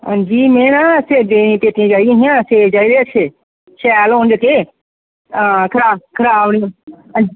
हां जी में नां सेबें दिया पेट्टियां चाही दियां हियां सेब चाहिदे हे अच्छे शैल होन जेह्के हां खराब खराब नीं हां जी